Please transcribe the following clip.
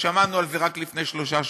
שמענו את זה רק לפני שלושה שבועות,